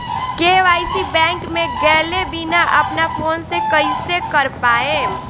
KYC bank मे गएले बिना अपना फोन से कइसे कर पाएम?